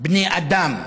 בני אדם.